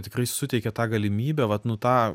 tikrai suteikia tą galimybę vat nu tą